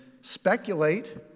speculate